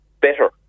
better